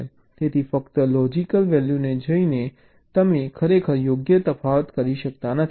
તેથી ફક્ત લોજીક વૅલ્યુને જોઈને તમે ખરેખર યોગ્ય તફાવત કરી શકતા નથી